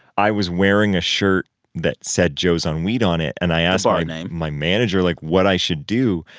i was wearing a shirt that said joe's on weed on it. and i asked. the bar name. my manager, like, what i should do.